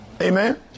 Amen